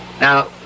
Now